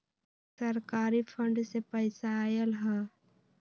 सरकारी फंड से पईसा आयल ह?